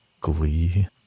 glee